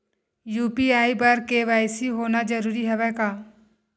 UPI बर KYC होना जरूरी हवय का?